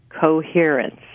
coherence